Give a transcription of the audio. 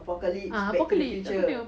ah apocalypse aku tengok